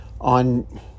on